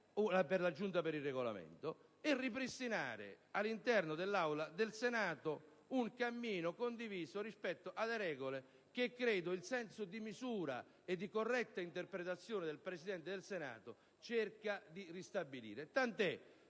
- alla Giunta per il Regolamento e ripristinare all'interno dell'Aula del Senato un cammino condiviso rispetto alle regole che, credo, il senso di misura e di corretta interpretazione del Presidente del Senato cerca di ristabilire, tant'è